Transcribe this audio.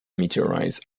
meteorites